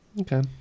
Okay